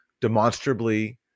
demonstrably